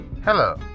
Hello